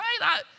right